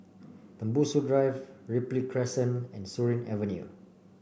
Tembusu Drive Ripley Crescent and Surin Avenue